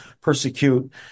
persecute